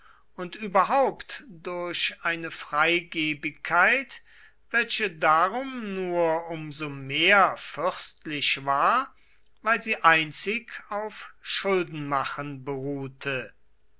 und überhaupt durch eine freigebigkeit welche darum nur um so mehr fürstlich war weil sie einzig auf schuldenmachen beruhte